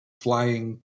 flying